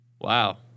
Wow